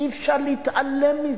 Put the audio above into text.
אי-אפשר להתעלם מזה.